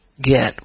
get